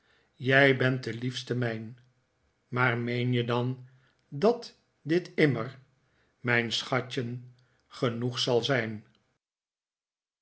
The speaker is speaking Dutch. jij bent de liefste mijn maar meen je dan dat die immer mijn schatjen genoeg zal zijn